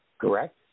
correct